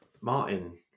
Martin